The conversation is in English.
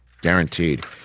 guaranteed